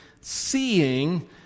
seeing